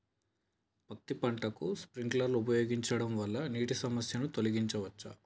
పత్తి పంటకు స్ప్రింక్లర్లు ఉపయోగించడం వల్ల నీటి సమస్యను తొలగించవచ్చా?